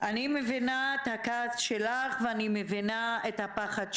אני מבינה את הכעס שלך, ואני מבינה את הפחד שלך,